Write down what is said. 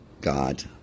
god